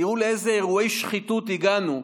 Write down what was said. תראו לאיזה אירועי שחיתות הגענו: